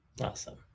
Awesome